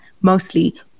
mostly